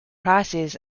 prices